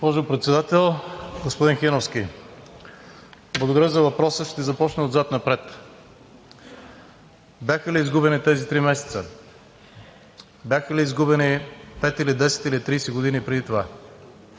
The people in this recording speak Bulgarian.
благодаря за въпроса. Ще започна отзад напред. Бяха ли изгубени тези три месеца, бяха ли изгубени 5 или 10, или 30 години преди това